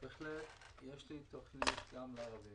בהחלט יש לי תוכנית גם לערבים,